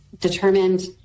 determined